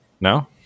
No